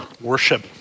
worship